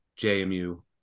JMU